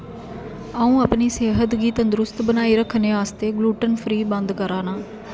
अ'ऊं अपनी सेह्त गी तंदरुस्त बनाई रक्खने आस्तै ग्लूटन फ्री बंद करा नां